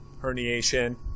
herniation